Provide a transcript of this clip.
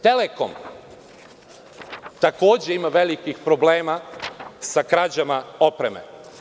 Telekom takođe ima velikih problema sa krađama opreme.